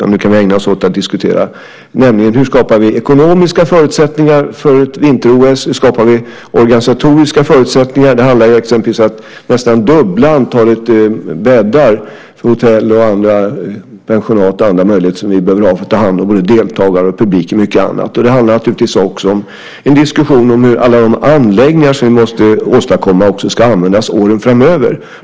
Nu kan vi ägna oss åt att diskutera hur vi kan skapa ekonomiska förutsättningar för ett vinter-OS och hur vi kan skapa organisatoriska förutsättningar. Det handlar ju exempelvis om att nästan dubbla antalet bäddar på hotell, pensionat och andra möjligheter som vi behöver ha för att ta hand om deltagare, publik och mycket annat. Det handlar naturligtvis också om en diskussion om hur alla de anläggningar som vi måste åstadkomma också ska användas åren framöver.